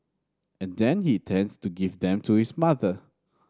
and then he intends to give them to his mother